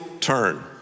turn